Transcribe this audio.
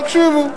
תקשיבו.